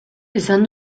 esan